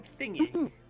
thingy